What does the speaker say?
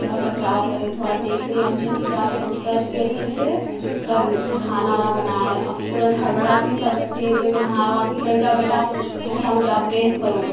थोड़ा बचाव करें थोड़ा देखते रहे अच्छे से चार्ज वुर्ज करके अच्छे से तब खाना वाना बनाए अब तुरंत हड़बड़ा के सब बच्चे के नहा वहा के कहें जा बेटा हीटर सामने जाओ प्रेस करो